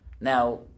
Now